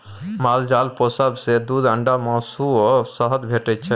माल जाल पोसब सँ दुध, अंडा, मासु आ शहद भेटै छै